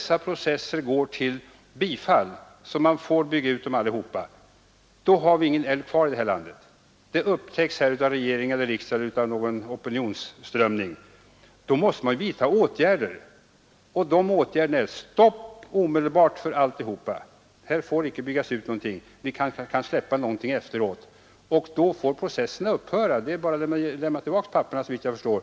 Om processen leder till att det ges utbyggnadstillstånd i allesammans, upptäcker man plötsligt att vi inte har några älvar kvar. Då måste man innan processerna slutförts vidta åtgärder, och dessa åtgärder är att kräva stopp för all utbyggnad. Blir beslutet att ingen utbyggnad får ske då måste också processen upphöra och papperen lämnas tillbaka såvitt jag förstår.